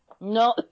No